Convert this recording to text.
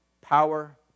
power